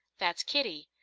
that's kitty.